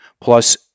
plus